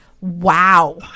wow